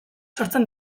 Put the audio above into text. sortzen